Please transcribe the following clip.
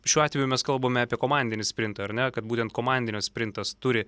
šiuo atveju mes kalbame apie komandinį sprintą ar ne kad būtent komandinis sprintas turi